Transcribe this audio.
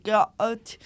God